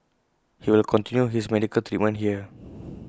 he will continue his medical treatment here